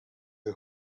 the